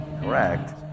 Correct